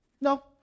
No